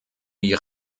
die